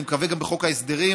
אני מקווה שגם בחוק ההסדרים,